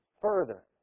further